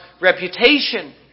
reputation